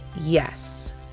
yes